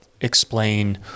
explain